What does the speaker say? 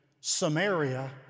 Samaria